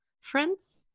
Friends